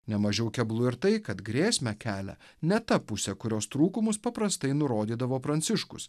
ne mažiau keblu ir tai kad grėsmę kelia ne ta pusė kurios trūkumus paprastai nurodydavo pranciškus